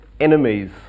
Enemies